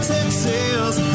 Texas